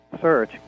search